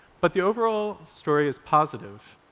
but the overall story is positive,